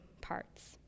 parts